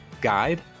guide